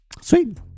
sweet